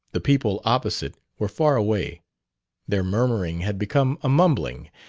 the people opposite were far away their murmuring had become a mumbling,